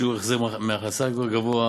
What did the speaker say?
שיעור החזר מהכנסה גבוה,